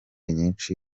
nyinshi